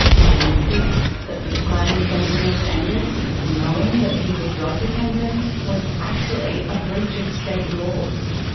she'd insist that prescribing fentanyl to angus, knowing that he was drug dependent, was actually a breach of state laws.